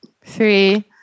Three